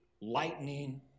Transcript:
lightning